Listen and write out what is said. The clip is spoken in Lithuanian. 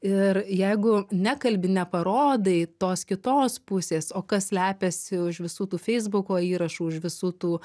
ir jeigu nekalbi neparodai tos kitos pusės o kas slepiasi už visų tų feisbuko įrašų už visų tų